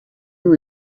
are